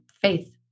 faith